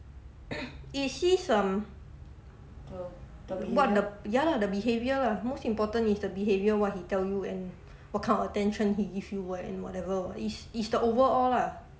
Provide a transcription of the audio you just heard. is his um what the ya the behaviour most important is the behaviour what he tell you and what kind of attention he give you wh~ whatever is is the overall lah